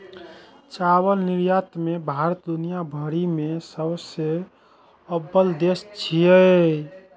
चावल निर्यात मे भारत दुनिया भरि मे सबसं अव्वल देश छियै